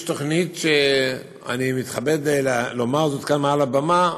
יש תוכנית, שאני מתכבד לומר זאת כאן מעל הבמה,